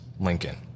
lincoln